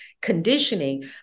conditioning